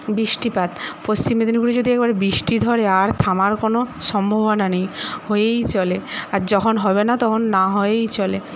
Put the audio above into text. বৃষ্টিপাত পশ্চিম মেদিনীপুরে যদি একবার বৃষ্টি ধরে আর থামার কোন সম্ভাবনা নেই হয়েই চলে আর যখন হবে না তখন না হয়েই চলে